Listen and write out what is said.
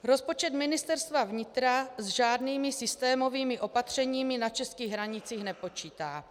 Rozpočet Ministerstva vnitra s žádnými systémovými opatřeními na českých hranicích nepočítá.